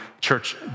church